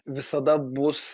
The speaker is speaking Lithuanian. visada bus